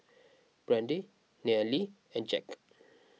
Brande Nayeli and Jacque